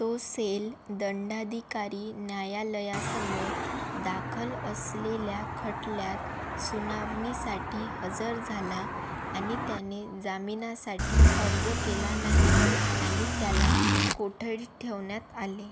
तो सेल दंडाधिकारी न्यायालयासमोर दाखल असलेल्या खटल्यात सुनावणीसाठी हजर झाला आणि त्याने जामिनासाठी अर्ज केला नाही आणि त्याला कोठडीत ठेवण्यात आले